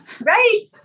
Right